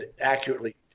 accurately